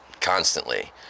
constantly